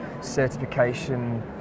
certification